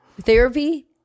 therapy